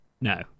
no